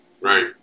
Right